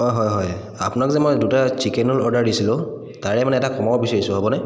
অ হয় হয় আপোনাক যে মই দুটা চিকেন ৰোল অৰ্ডাৰ দিছিলোঁ তাৰে মানে এটা কমাব বিচাৰিছোঁ হ'বনে